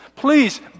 Please